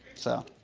so.